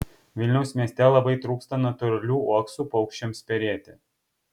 vilniaus mieste labai trūksta natūralių uoksų paukščiams perėti